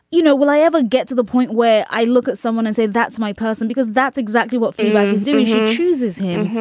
you know, will i ever get to the point where i look at someone and say, that's my person, because that's exactly what i was doing. she chooses him.